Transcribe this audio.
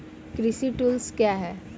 कृषि टुल्स क्या हैं?